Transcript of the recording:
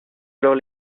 alors